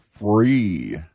free